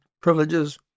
privileges